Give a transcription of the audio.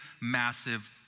massive